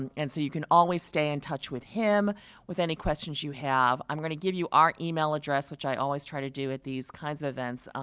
and and so you can always stay in touch with him with any questions you have. i'm going to give you our e-mail address which i always try to do at these kinds of events,